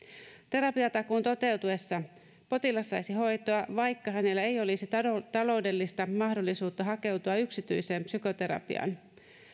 terapiatakuun toteutuessa potilas saisi hoitoa vaikka hänellä ei olisi taloudellista mahdollisuutta hakeutua yksityiseen psykoterapiaan